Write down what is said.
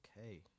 okay